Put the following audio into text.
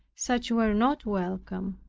such were not welcome.